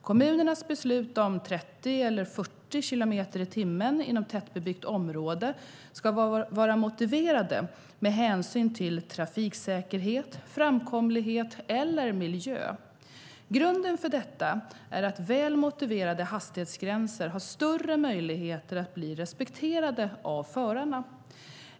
Kommunernas beslut om 30 eller 40 kilometer i timmen inom tätbebyggt område ska vara motiverade med hänsyn till trafiksäkerhet, framkomlighet eller miljö. Grunden för detta är att väl motiverade hastighetsgränser har större möjligheter att bli respekterade av förarna.